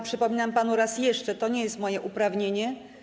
Przypominam panu raz jeszcze: to nie jest moje uprawnienie.